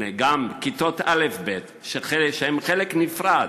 והנה גם כיתות א'-ב', שהן חלק, נפרד,